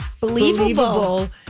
believable